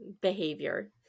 behavior